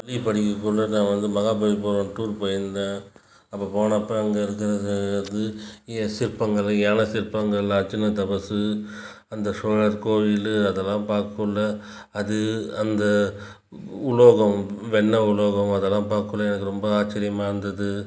பள்ளி படிக்கப் போனது தான் வந்து மகாபலிபுரம் டூர் போயிருந்தேன் அப்போ போனப்போ அங்கே இருக்கிற வந்து இது சிற்பங்கள் யானை சிற்பங்கள் அர்ஜுனன் தபசு அந்த சோழர் கோயில் அதெல்லாம் பார்க்குள்ள அது அந்த உலோகம் வெண்ணெய் உலோகம் அதெல்லாம் பார்க்குள்ள எனக்கு ரொம்ப ஆச்சிரியமாக இருந்துது